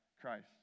Christ